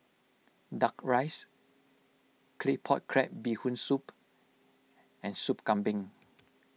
Duck Rice Claypot Crab Bee Hoon Soup and Sop Kambing